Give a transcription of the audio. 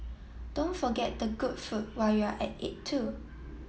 don't forget the good food while you're at it too